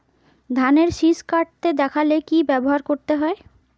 ধানের শিষ কাটতে দেখালে কি ব্যবহার করতে হয়?